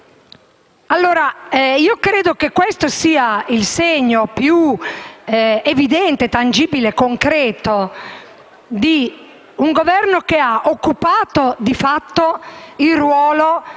votare. Questo è il segno più evidente, tangibile e concreto, di un Governo che ha occupato di fatto il ruolo